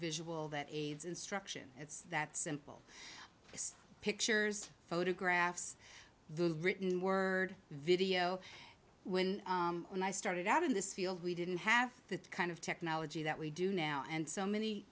visual that aids instruction it's that simple pictures photographs the written word video when i started out in this field we didn't have the kind of technology that we do now and so many